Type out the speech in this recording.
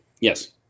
Yes